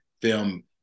film